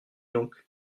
donc